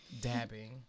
dabbing